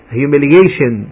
humiliation